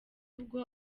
ubwo